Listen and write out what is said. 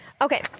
Okay